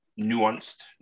nuanced